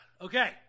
Okay